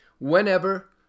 whenever